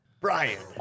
Brian